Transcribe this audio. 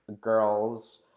girls